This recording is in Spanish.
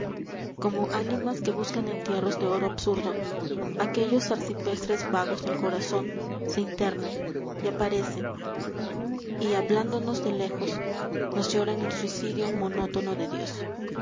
como ánimas que buscan entierros de oro absurdo aquellos arciprestes vagos del corazón se internan y aparecen y hablándonos de lejos nos lloran el suicidio monótono de dios